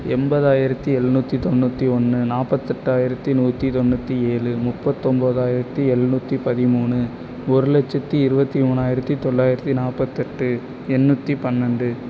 எண்பதாயிரத்தி எழுநூற்றி தொண்ணூற்றி ஒன்று நாற்பத்தெட்டாயிரத்தி நூற்றி தொண்ணூற்றி ஏழு முப்பத்தொம்போதாயிரத்து எழுநூற்றி பதிமூணு ஒரு லட்சத்து இருபத்தி மூணாயிரத்து தொள்ளாயிரத்து நாற்பத்தெட்டு எண்ணூற்றி பன்னெண்டு